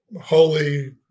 holy